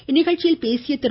இந்நிகழ்ச்சியில் பேசிய திரு